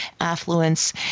affluence